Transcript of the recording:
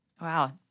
Wow